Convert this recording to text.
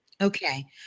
Okay